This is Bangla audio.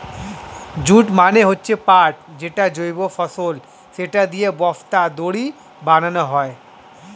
জুট মানে হচ্ছে পাট যেটা জৈব ফসল, সেটা দিয়ে বস্তা, দড়ি বানানো হয়